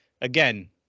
again